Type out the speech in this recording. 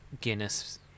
Guinness